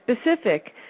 specific